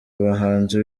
abahanzi